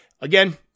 again